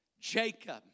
Jacob